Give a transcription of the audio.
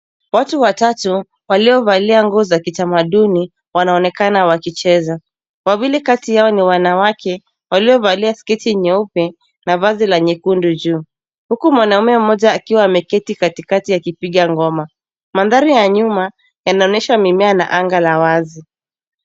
Watu watatu waliovalia nguo za kitamaduni wanaonekana wakicheza, wawili kati yao ni wanawake waliovalia sketi nyeupe na vazi la nyekundu juu huku mwanaume moja akiwa ameketi katikati akipiga ngoma. Mandhari ya nyuma yanaonyesha mimea na anga la wazi.